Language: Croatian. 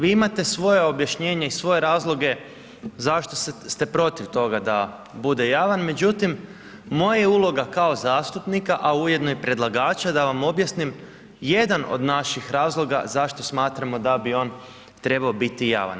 Vi imate svoje objašnjenje i svoje razloge zašto ste protiv toga da bude javan, međutim moja je uloga kao zastupnika a ujedno i predlagača da vam objasnim jedan od naših razloga zašto smatramo da bi on trebao biti javan.